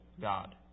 God